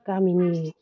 गामिनि